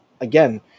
again